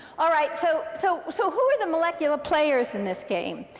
all right, so so so who are the molecular players in this game?